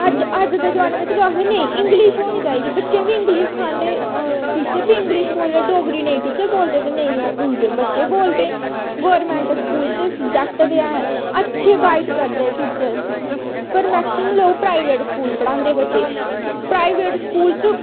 अज्ज अज्ज दे जमाने बिच्च लोग आखदे नेईं इंग्लिश औनी चाहिदी बच्चें गी बी इंग्लिश सखांदे टीचर बी इंगलिश बोलदे डोगरी नेईं टीचर बोलदे ते नेईं बच्चे बोलदे गौरमैंट स्कूल च सबजैक्ट ते है अच्छे गाइड करदे टीचर पर मैक्सिमम लोग प्राईवेट स्कूल पढ़ांदे बच्चे प्राईवेट स्कूल च